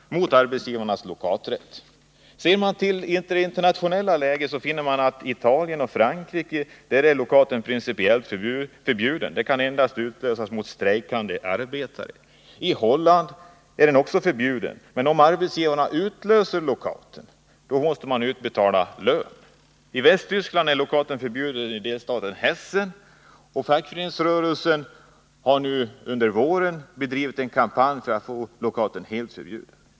mot arbetsgivarnas lockouträtt. Vid en internationell genomgång finner man att lockouten är principiellt förbjuden t.ex. i Italien och i Frankrike. Den får endast utlösas mot strejkande arbetare. Också i Holland är den förbjuden. Om arbetsgivarna ändå utlöser lockout måste de betala ut löner till de anställda. I Västtyskland är lockout förbjuden i delstaten Hessen. och fackföreningsrörelsen har under våren bedrivit en kampanj för att få lockouten helt förbjuden.